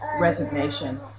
Resignation